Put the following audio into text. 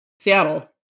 Seattle